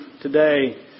today